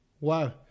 Wow